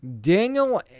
Daniel